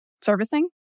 servicing